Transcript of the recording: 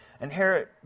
inherit